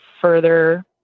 further